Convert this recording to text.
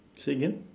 say again